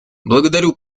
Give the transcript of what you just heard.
благодарю